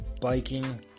biking